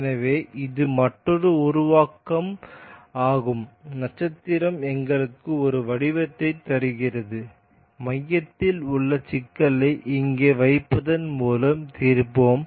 எனவே இது மற்றொரு உருவாக்கம் ஆகும் நட்சத்திரம் எங்களுக்கு ஒரு வடிவத்தையும் தருகிறது மையத்தில் உள்ள சிக்கலை இங்கே வைப்பதன் மூலம் தீர்ப்போம்